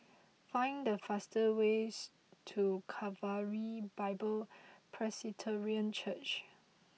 find the fastest way to Calvary Bible Presbyterian Church